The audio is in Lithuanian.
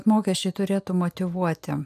mokesčiai turėtų motyvuoti